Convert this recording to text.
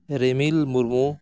Rimil Murmu